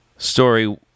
story